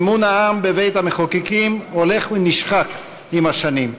אמון העם בבית-המחוקקים הולך ונשחק עם השנים.